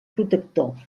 protector